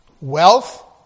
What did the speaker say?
wealth